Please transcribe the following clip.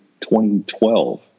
2012